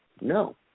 No